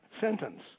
sentence